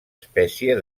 espècie